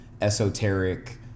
esoteric